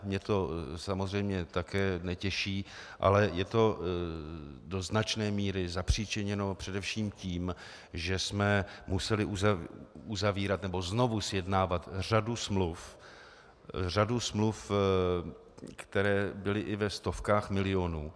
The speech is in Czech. Mě to samozřejmě také netěší, ale je to do značné míry zapřičiněno především tím, že jsme museli uzavírat nebo znovu sjednávat řadu smluv, které byly i ve stovkách milionů.